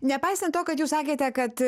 nepaisant to kad jūs sakėte kad